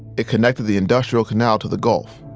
it connects the industrial canal to the gulf.